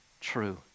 true